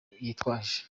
yitwaje